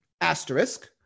Asterisk